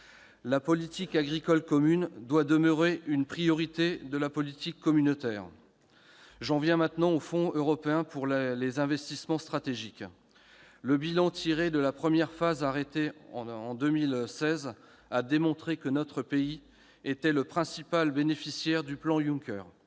La politique agricole commune doit demeurer une priorité de la politique communautaire. S'agissant du Fonds européen pour les investissements stratégiques, le bilan tiré de la première phase arrêtée en 2016 a démontré que notre pays était le principal bénéficiaire du plan Juncker,